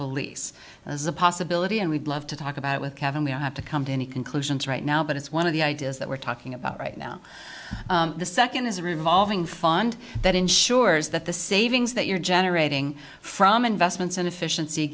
is a possibility and we'd love to talk about with kevin we don't have to come to any conclusions right now but it's one of the ideas that we're talking about right now the second is a revolving fund that ensures that the savings that you're generating from investments and efficiency